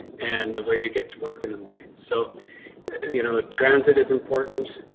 and a way to get to work in the morning so you know transit is important.